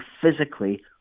physically